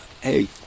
hey